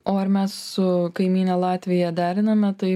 o ar mes su kaimyne latvija deriname tai